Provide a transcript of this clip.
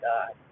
God